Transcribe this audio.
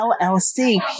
LLC